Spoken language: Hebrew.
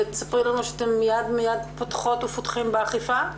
ותספרי לנו שאתם מיד פותחות ופותחים באכיפה?